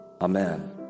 Amen